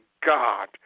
God